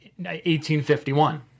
1851